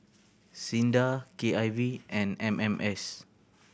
SINDA K I V and M M S